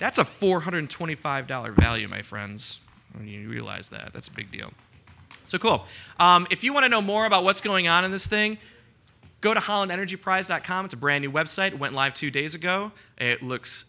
that's a four hundred twenty five dollars value my friends when you realize that it's a big deal so cool if you want to know more about what's going on in this thing go to holland energy prize dot com it's a brand new web site went live two days ago it looks